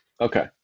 Okay